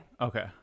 Okay